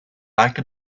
like